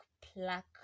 pluck